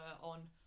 on